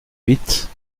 vite